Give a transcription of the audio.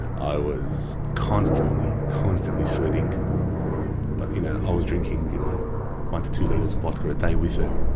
i was constantly, constantly sweating but you know i was drinking one to two litres of vodka a day with it